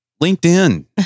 LinkedIn